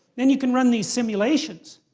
then you can run these simulations.